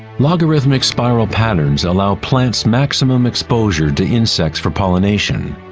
logarithmic spiral patterns allow plants maximum exposure to insects for pollination,